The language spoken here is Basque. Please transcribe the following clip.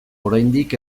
oraindik